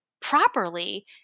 properly